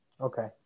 Okay